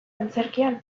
antzerkian